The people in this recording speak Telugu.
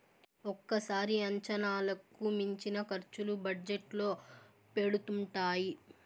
ఒక్కోసారి అంచనాలకు మించిన ఖర్చులు బడ్జెట్ లో పెడుతుంటారు